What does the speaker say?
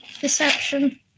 Deception